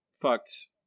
fucked